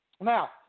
Now